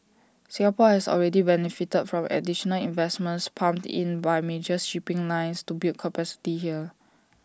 Singapore has already benefited from additional investments pumped in by major shipping lines to build capacity here